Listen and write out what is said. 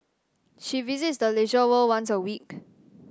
she visits the Leisure World once a week